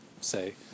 say